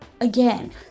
again